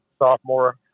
Sophomore